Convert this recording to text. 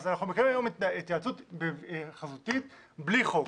אז אנחנו מקיימים היום התייעצות חזותית בלי חוק,